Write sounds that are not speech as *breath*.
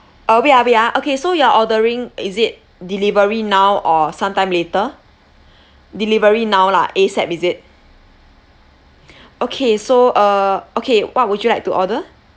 uh wait ah wait ah okay so you're ordering is it delivery now or some time later delivery now lah ASAP is it *breath* okay so uh okay what would you like to order